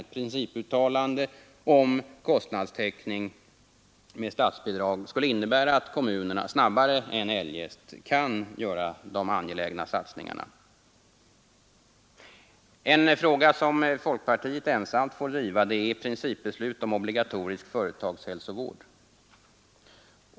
Ett principuttalande om kostnadstäckning med statsbidrag skulle innebära att kommunerna snabbare än eljest kan göra de angelägna satsningarna. En fråga som folkpartiet ensamt får driva gäller ett principbeslut om obligatorisk företagshälsovård.